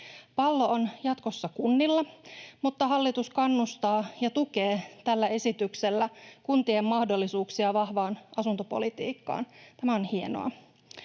Pallo on jatkossa kunnilla, mutta hallitus kannustaa ja tukee tällä esityksellä kuntien mahdollisuuksia vahvaan asuntopolitiikkaan. Tämä on hienoa.